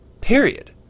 Period